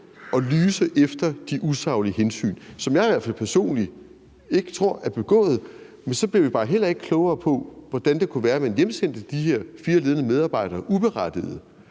at lyse efter de usaglige hensyn, som jeg i hvert fald personligt ikke tror er blevet varetaget. Men så bliver vi bare heller ikke klogere på, hvordan det kunne være, man hjemsendte de her fire ledende medarbejdere uberettiget,